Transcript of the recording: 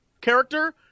character